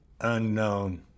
unknown